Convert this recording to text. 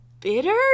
bitter